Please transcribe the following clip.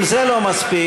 אם זה לא מספיק,